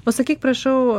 pasakyk prašau